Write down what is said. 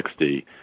60